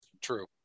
True